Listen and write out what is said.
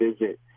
visit